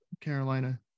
Carolina